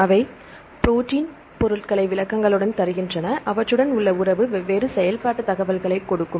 அவை ப்ரோடீன் பொருள்களை விளக்கங்களுடன் குறிக்கின்றன அவற்றுடன் உள்ள உறவு வெவ்வேறு செயல்பாட்டு தகவல்களைக் கொடுக்கும்